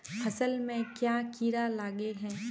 फसल में क्याँ कीड़ा लागे है?